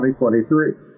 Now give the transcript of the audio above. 2023